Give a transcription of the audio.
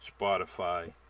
Spotify